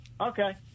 Okay